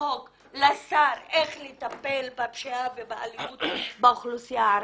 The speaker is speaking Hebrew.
בחוק איך לטפל בפשיעה ובאלימות באוכלוסייה הערבית?